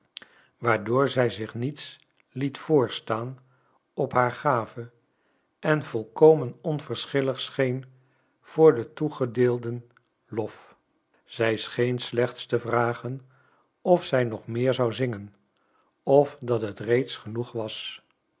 waardoor zij zich niets liet voorstaan op haar gave en volkomen onverschillig scheen voor den toegedeelden lof zij scheen slechts te vragen of zij nog meer zou zingen of dat het reeds genoeg was